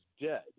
dead